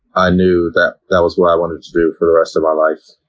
i knew that that was what i wanted to do for the rest of my life.